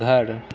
घर